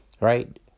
right